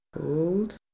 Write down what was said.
hold